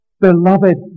Beloved